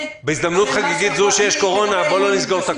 בהזדמנות חגיגית זו שיש קורונה בוא לא נסגור את הכול.